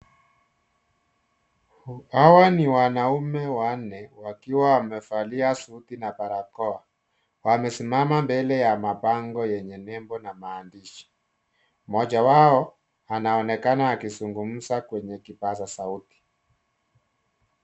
Hawa ni wanaume wanne wakiwa wamevalia suti na brakoa, wamesimama mbele ya mabango yenye nembo na maandishi, mmoja wao anaonekana akizungumza kwenye kipaza sauti.